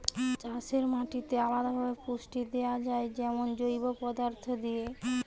চাষের মাটিতে আলদা ভাবে পুষ্টি দেয়া যায় যেমন জৈব পদার্থ দিয়ে